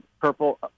purple